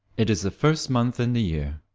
it is the first month in the year.